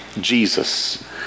Jesus